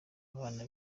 abana